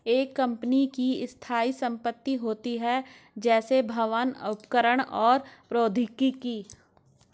एक कंपनी की स्थायी संपत्ति होती हैं, जैसे भवन, उपकरण और प्रौद्योगिकी